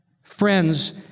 friends